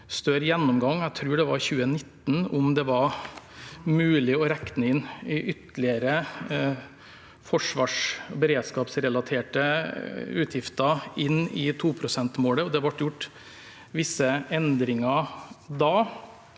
større gjennomgang – jeg tror det var i 2019 – av om det var mulig å regne inn ytterligere forsvars- og beredskapsrelaterte utgifter inn i 2-prosentmålet, og det ble gjort visse endringer da.